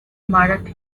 marathi